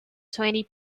twenty